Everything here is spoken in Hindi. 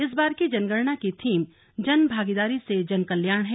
इस बार की जनगणना की थीम जन भागीदारी से जन कल्याण है